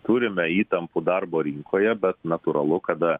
turime įtampų darbo rinkoje bet natūralu kada